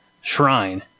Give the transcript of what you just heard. shrine